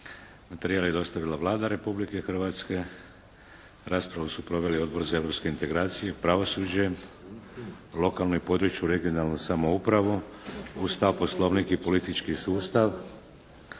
Materijal je dostavila Vlada Republike Hrvatske. Raspravu su proveli Odbor za Europske integracije i pravosuđe, lokalnu i područnu (regionalnu) samoupravu, Ustav, Poslovnik i politički sustav.